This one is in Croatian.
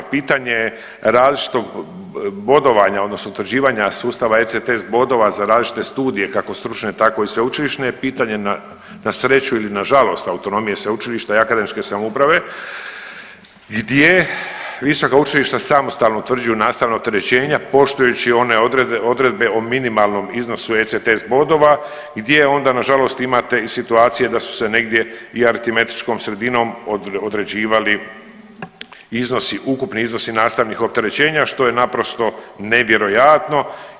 Pitanje različitog bodovanja odnosno utvrđivanja sustava ECTS bodova za različite studije kako stručne tako i sveučilišne je pitanje na sreću ili na žalost autonomije sveučilišta i akademske samouprave gdje visoka učilišta samostalno utvrđuju nastavna opterećenja poštujući one odredbe, odredbe o minimalnom iznosu ECTS bodova gdje onda nažalost imate i situacije da su se negdje i aritmetičkom sredinom određivali iznosi, ukupni iznosi nastavnih opterećenja što je naprosto nevjerojatno.